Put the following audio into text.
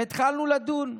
והתחלנו לדון.